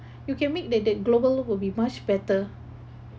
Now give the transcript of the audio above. you can make that the global will be much better